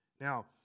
Now